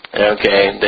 Okay